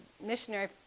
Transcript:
missionary